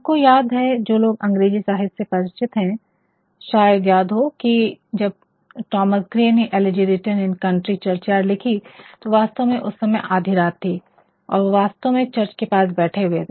हमको याद है जो लोग अंग्रेजी साहित्य से परिचित हैं शायद याद हो कि जब थॉमस ग्रे ने "Elegy Written in a Country Churchyard" Elegy Written in a Country Churchyard लिखी तो वास्तव में उस समय आधी रात थी और वह वास्तव में वह चर्च के पास में बैठे हुए थे